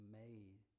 made